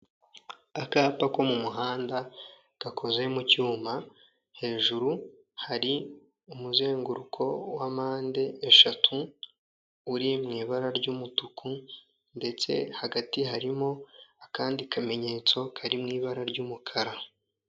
Akapa ko mu muhanda gakoze mu cyuma, hejuru hari umuzenguruko wampande eshatu uri mu ibara ry'umutuku ndetse hagati harimo akandi kamenyetso kari mu ibara ry'umukara.